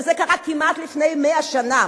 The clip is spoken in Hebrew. וזה קרה כמעט לפני 100 שנה.